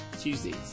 Tuesdays